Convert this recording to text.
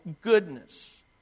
goodness